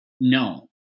No